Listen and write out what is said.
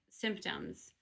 symptoms